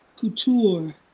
Couture